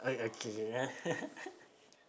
I okay